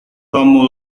tom